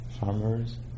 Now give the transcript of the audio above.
farmers